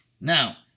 Now